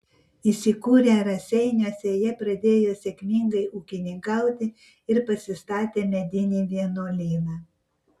įsikūrę raseiniuose jie pradėjo sėkmingai ūkininkauti ir pasistatė medinį vienuolyną